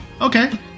Okay